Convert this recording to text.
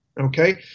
Okay